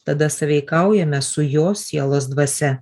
tada sąveikaujame su jo sielos dvasia